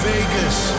Vegas